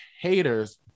haters